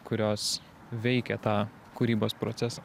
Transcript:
kurios veikia tą kūrybos procesą